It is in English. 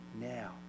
now